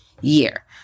year